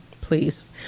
Please